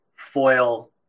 foil